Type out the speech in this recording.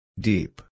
Deep